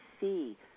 see